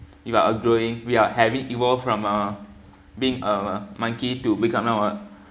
you are a growing we are having evolved from a being a monkey to become now a